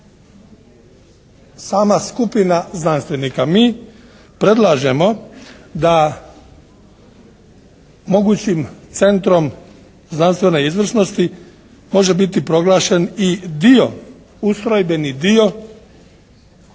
sama skupina znanstvenika. Mi predlažemo da mogućim centrom znanstvene izvrsnosti može biti proglašen i dio, ustrojbeni dio znanstvene